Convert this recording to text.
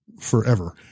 forever